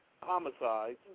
homicides